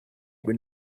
moet